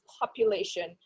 population